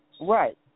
Right